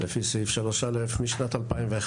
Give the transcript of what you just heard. לפי סעיף 3א' משנת 2011,